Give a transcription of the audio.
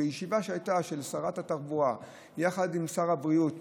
בישיבה שהייתה לשרת התחבורה יחד עם שר הבריאות